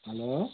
hello